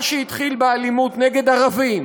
מה שהתחיל באלימות נגד ערבים,